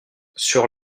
sur